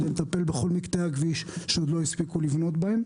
לטפל בכל מקטעי הכביש שעוד לא הספיקו לבנות בהם.